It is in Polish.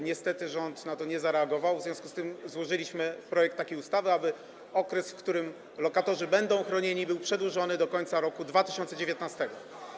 Niestety rząd na to nie zareagował, w związku z tym złożyliśmy projekt stosownej ustawy, aby okres, w którym lokatorzy będą chronieni, był przedłużony do końca roku 2019.